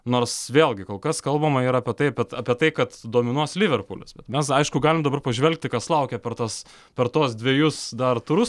nors vėlgi kol kas kalbama yra taip bet apie tai kad dominuos liverpulis mes aišku galim dabar pažvelgti kas laukia per tas per tuos dvejus dar turus